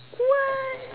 what